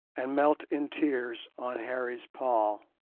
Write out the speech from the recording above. and melt in tears on harry's pall.